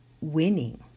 winning